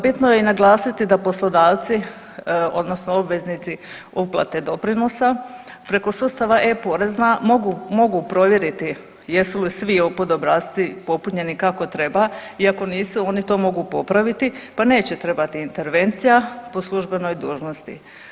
Bitno je i naglasiti da poslodavci odnosno obveznici uplate doprinosa preko sustava e-porezna mogu, mogu provjeriti jesu li svi JOPPD obrasci popunjeni kako treba i ako nisu oni to mogu popraviti, pa neće trebati intervencija po službenoj dužnosti.